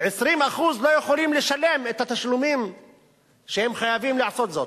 20% לא יכולים לשלם את התשלומים שהם חייבים לשלם,